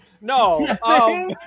No